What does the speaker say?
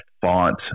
font